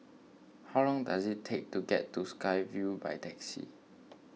how long does it take to get to Sky Vue by taxi